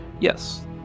Yes